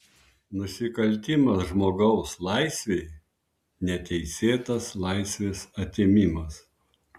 nusikaltimas žmogaus laisvei neteisėtas laisvės atėmimas